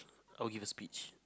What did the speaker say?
I'll give a speech